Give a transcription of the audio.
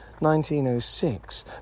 1906